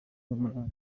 n’umunani